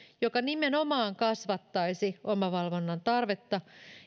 joka nimenomaan kasvattaisi omavalvonnan tarvetta